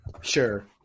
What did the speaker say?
Sure